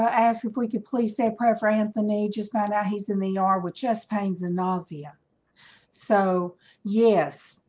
ah asked if we could please say a prayer for anthony just found out he's in the ah er with chest pains and nausea so yes,